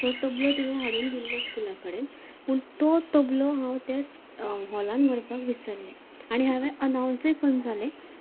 so तबलो तेणी हाडून दिल्लो स्कुला कडेन पूण तो तबलो हांव त्या हॉलांत व्हरपाक विसरले आनी हांवेन अनाउंसय करून जालें